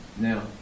Now